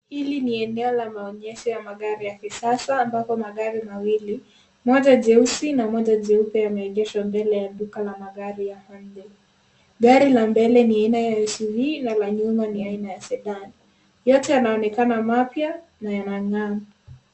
Hili ni eneo la maonyesho ya magari ya kisasa ambapo magari mawili, moja jeusi na moja jeupe yameegeshwa mbele ya duka la madari ya hyundai. Gari la mbele ni aina ya suv na la nyuma ni aina ya subaru. Yote yanaonekana mapya na yanang'aa.